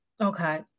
Okay